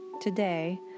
today